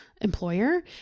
employer